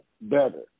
better